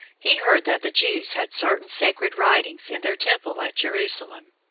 he heard that the jews had certain sacred writings in their temple at jerusalem,